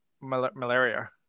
malaria